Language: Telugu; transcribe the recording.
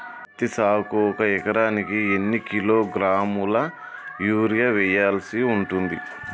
పత్తి సాగుకు ఒక ఎకరానికి ఎన్ని కిలోగ్రాముల యూరియా వెయ్యాల్సి ఉంటది?